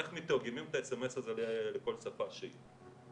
איך מתרגמים את האס.אמ.אס הזה לכל שפה שהיא?